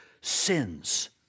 sins